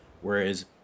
Whereas